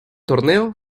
torneo